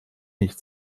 nicht